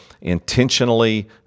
intentionally